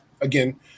again